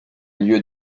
lieu